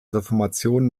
reformation